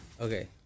Okay